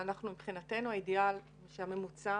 מבחינתנו האידיאל הוא שממוצע